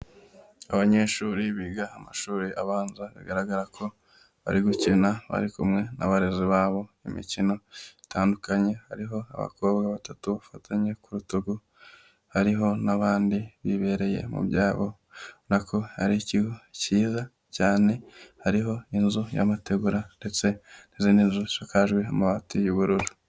Abanyeshuri biga amashuri abanza bigaragara ko bari gukina bari kumwe n'abarezi babo imikino itandukanye, hariho abakobwa batatu bafatanye ku rutugu, hariho n'abandi bibereye mu byabo, ubona ko ari ikigo cyiza cyane, hariho n'inzu y'amategura, ndetse n'izindi nzu zishakajwe amabati y'ubururu.